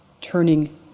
turning